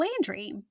Landry